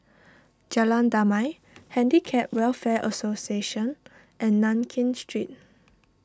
Jalan Damai Handicap Welfare Association and Nankin Street